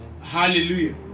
Hallelujah